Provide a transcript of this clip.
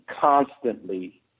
constantly